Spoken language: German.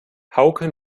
hauke